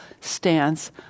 stance